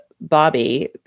Bobby